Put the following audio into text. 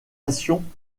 assemblée